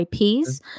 IPs